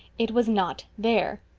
it was not there.